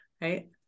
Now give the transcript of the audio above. Right